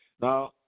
now